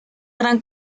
gran